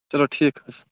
چلو ٹھیٖک حظ